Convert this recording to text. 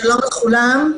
שלום לכולם.